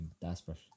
desperate